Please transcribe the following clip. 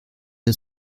der